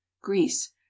greece